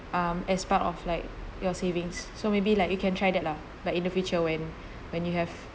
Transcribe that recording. um as part of like your savings so maybe like you can try that lah but in the future when when you have